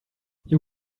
you